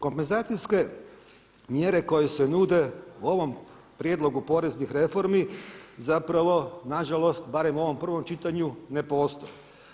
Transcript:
Kompenzacijske mjere koje se nude u ovom prijedlogu poreznih reformi zapravo, na žalost, barem u ovom prvom čitanju, ne postoje.